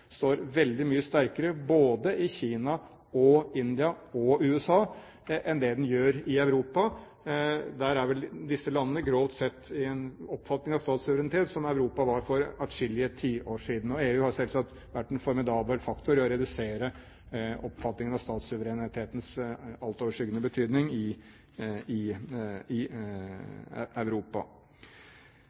står veldig mye sterkere både i Kina, India og USA enn det den gjør i Europa. Der har vel disse landene grovt sett den oppfatning av statssuverenitet som Europa hadde for atskillige tiår siden, og EU har selvsagt vært en formidabel faktor i å redusere oppfatningen av statssuverenitetens altoverskyggende betydning i Europa. Klimaomstillingen som er i gang i